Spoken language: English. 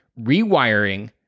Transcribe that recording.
rewiring